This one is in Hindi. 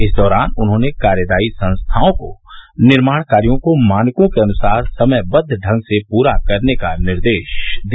इस दौरान उन्होंने कार्यदायी संस्थाओं को निर्माण कार्यो को मानकों के अनुसार समयबद्व ढंग से पूरा करने का निर्देश दिया